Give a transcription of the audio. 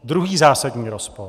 Druhý zásadní rozpor.